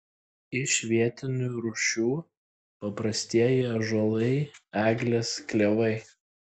iš vietinių rūšių paprastieji ąžuolai eglės klevai